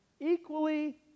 equally